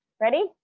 Ready